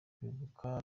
kwibuka